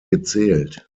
gezählt